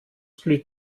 blüht